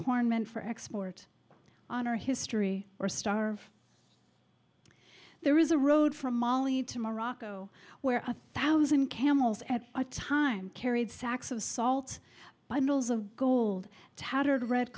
corn meant for export on our history or star there is a road from mali to morocco where a thousand camels at a time carried sacks of salt by mules of gold tattered red